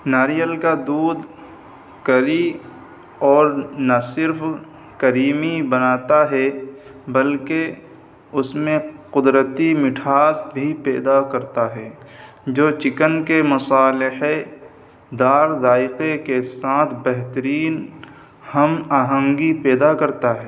ناریل کا دودھ کری اور نا صرف کریمی بناتا ہے بلکہ اس میں قدرتی مٹھاس بھی پیدا کرتا ہے جو چکن کے مصالحے دار ذائقے کے ساتھ بہترین ہم آہنگی پیدا کرتا ہے